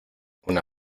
una